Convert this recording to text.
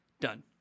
done